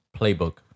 playbook